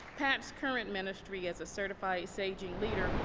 pat's current ministry, as a certified sage-ing leader,